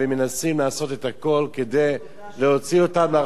לעשות את הכול כדי להוציא אותם לרחובות.